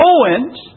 Owens